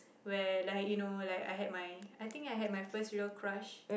where like you know like I had my I think I had my first real crush